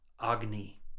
agni